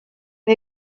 une